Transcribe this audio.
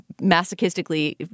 masochistically